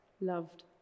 loved